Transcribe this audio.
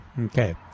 Okay